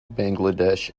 bangladesh